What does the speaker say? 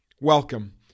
Welcome